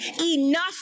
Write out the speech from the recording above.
enough